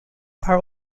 are